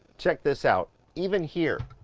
check this out. even here,